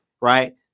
right